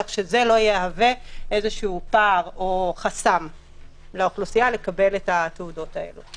כך שזה לא יהווה איזשהו פער או חסם לאוכלוסייה לקבל את התעודות האלה.